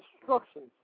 instructions